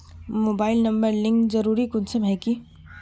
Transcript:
Mobile number link जरुरी कुंसम है की?